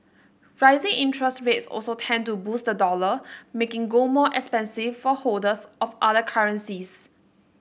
rising interest rates also tend to boost the dollar making gold more expensive for holders of other currencies